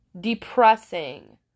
Depressing